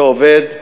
זה עובד.